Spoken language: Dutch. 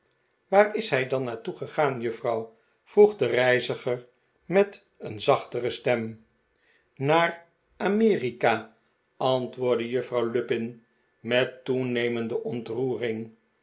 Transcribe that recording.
waar is hij dan naar toe gegaan juffrouw vroeg de reiziger met een zachtere stem naar arherika antwoordde juffrouw lupin met toenemende ontroering